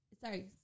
Sorry